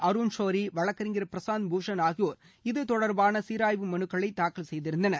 அருண்ஷோரி வழக்கறிஞர் பிரசாந்த் பூஷண் ஆகியோர் இது தொடர்பாக சீராய்வு மனுக்களை தாக்கல் செய்திருந்தனர்